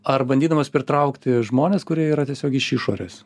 ar bandydamas pritraukti žmones kurie yra tiesiog iš išorės